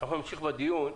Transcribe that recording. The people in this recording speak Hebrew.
אנחנו נמשיך בדיון: